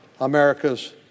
America's